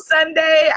Sunday